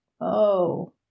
Oh